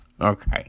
okay